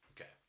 Okay